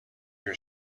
your